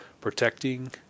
protecting